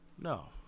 No